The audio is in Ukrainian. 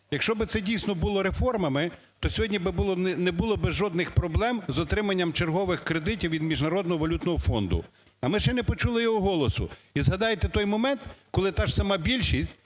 Якщо б це дійсно було реформами, то сьогодні не було б жодних проблем з отриманням чергових кредитів від Міжнародного валютного фонду, а ми ще не почули його голосу. І згадайте той момент, коли та ж сама більшість